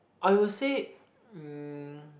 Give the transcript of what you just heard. I will say um